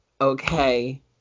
okay